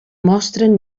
mostren